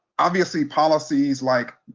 obviously policies like,